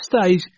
stage